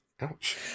ouch